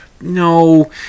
No